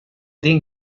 din